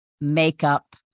makeup